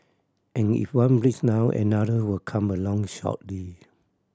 and if one breaks down another will come along shortly